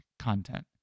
content